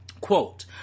Quote